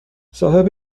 صاحب